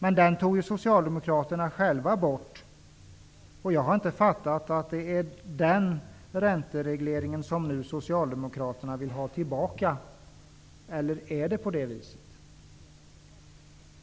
Men den tog Socialdemokraterna bort, och jag har inte uppfattat att det är den ränteregleringen Socialdemokraterna nu vill ha tillbaka. Eller är det så?